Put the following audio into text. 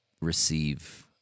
receive